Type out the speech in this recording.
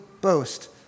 boast